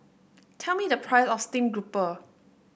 tell me the price of Steamed Grouper